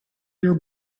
your